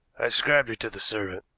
i described her to the servant,